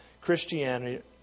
Christianity